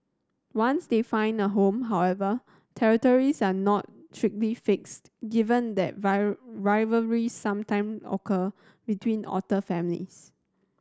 once they find a home however territories are not strictly fixed given that rivalry sometime occur between otter families